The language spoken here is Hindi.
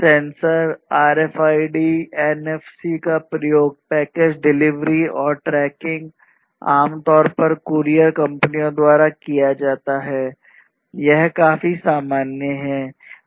सेंसर आरएफआईडी का प्रयोग पैकेज डिलीवरी की ट्रैकिंग आमतौर पर कूरियर कंपनियों द्वारा किया जाता है यह काफी सामान्य है